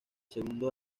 segundo